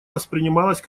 воспринималось